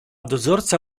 dozorca